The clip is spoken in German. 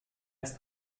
ist